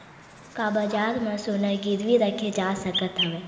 का बजार म सोना गिरवी रखे जा सकत हवय?